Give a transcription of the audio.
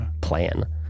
plan